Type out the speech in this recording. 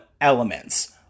elements